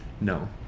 No